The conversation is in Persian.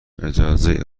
اجازه